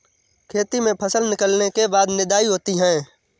खेती में फसल निकलने के बाद निदाई होती हैं?